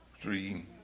three